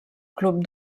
club